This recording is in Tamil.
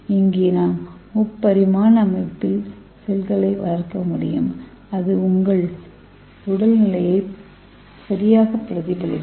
இங்கே நாம் முப்பரிமாண அமைப்பில் செல்களை வளர்க்க முடியும் அது உங்கள் உடல் நிலையை சரியாகப் பிரதிபலிக்கும்